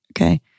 okay